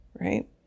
Right